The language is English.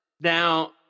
now